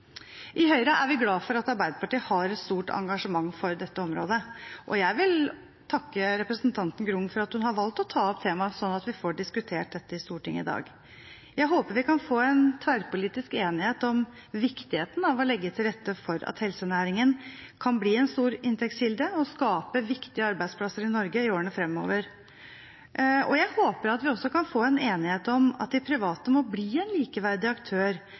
I Høyre er vi glad for at Arbeiderpartiet har et stort engasjement for dette området, og jeg vil takke representanten Grung for at hun har valgt å ta opp temaet sånn at vi får diskutert dette i Stortinget i dag. Jeg håper vi kan få en tverrpolitisk enighet om viktigheten av å legge til rette for at helsenæringen kan bli en stor inntektskilde og skape viktige arbeidsplasser i Norge i årene framover, og jeg håper at vi også kan få en enighet om at de private må bli